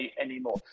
anymore